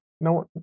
No